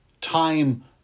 Time